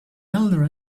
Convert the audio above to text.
elder